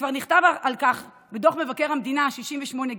וכבר נכתב על כך בדוח מבקר המדינה 68ג,